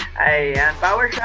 a. and